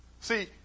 see